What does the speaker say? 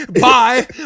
Bye